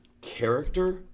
character